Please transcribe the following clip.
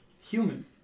human